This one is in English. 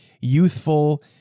youthful